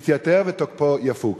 יתייתר ותוקפו יפוג.